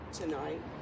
tonight